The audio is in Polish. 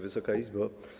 Wysoka Izbo!